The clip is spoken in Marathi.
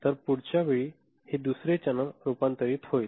तर पुढच्या वेळी हे दुसरे चॅनेल रूपांतरित होईल